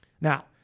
now